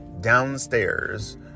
Downstairs